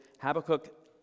habakkuk